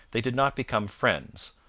they did not become friends,